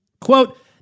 Quote